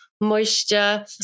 moisture